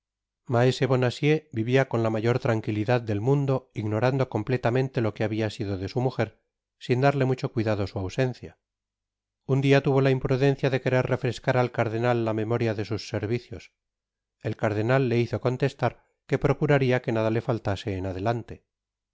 bonacieux vivia con la mayor tranquilidad del mundo ignorando completamente lo que habia sido de su mujer sin darle mucho cuidado su ausencia un dia tuvo la imprudencia de querer refrescar al cardenal la memoria de sus servicios el cardenal le hizo contestar que procurarla que nada le faltase en adelante